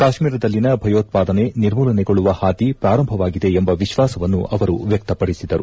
ಕಾಶ್ಮೀರದಲ್ಲಿನ ಭಯೋತ್ಪಾದನೆ ನಿರ್ಮೂಲನೆಗೊಳ್ಳುವ ಹಾದಿ ಪ್ರಾರಂಭವಾಗಿದೆ ಎಂಬ ವಿಶ್ವಾಸವನ್ನು ಅವರು ವ್ವಕ್ತಪಡಿಸಿದರು